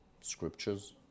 scriptures